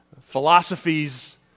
philosophies